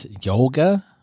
Yoga